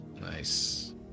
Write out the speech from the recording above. Nice